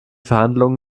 verhandlungen